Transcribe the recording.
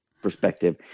perspective